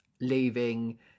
leaving